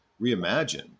reimagine